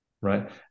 right